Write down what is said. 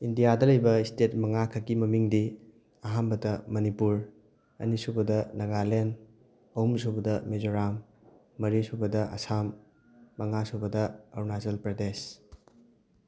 ꯏꯟꯗꯤꯌꯥꯗ ꯂꯩꯕ ꯏꯁꯇꯦꯠ ꯃꯉꯥꯈꯛꯀꯤ ꯃꯃꯤꯡꯗꯤ ꯑꯍꯥꯟꯕꯗ ꯃꯅꯤꯄꯨꯔ ꯑꯅꯤꯁꯨꯕꯗ ꯅꯒꯥꯂꯦꯟ ꯑꯍꯨꯝꯁꯨꯕꯗ ꯃꯤꯖꯣꯔꯥꯝ ꯃꯔꯤꯁꯨꯕꯗ ꯃꯁꯥꯝ ꯃꯉꯥꯁꯨꯕꯗ ꯑꯔꯨꯅꯥꯆꯜ ꯄ꯭ꯔꯗꯦꯁ